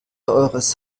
eures